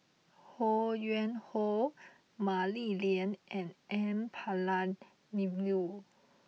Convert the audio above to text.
Ho Yuen Hoe Mah Li Lian and N Palanivelu